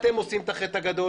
אתם עושים את החטא הגדול.